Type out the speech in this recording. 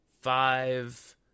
five